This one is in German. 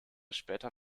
später